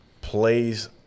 plays